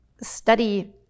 study